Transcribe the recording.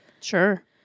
Sure